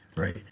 Right